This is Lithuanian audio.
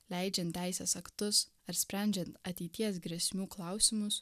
leidžiant teisės aktus ar sprendžiant ateities grėsmių klausimus